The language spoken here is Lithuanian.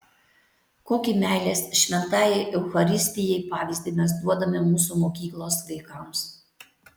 kokį meilės šventajai eucharistijai pavyzdį mes duodame mūsų mokyklos vaikams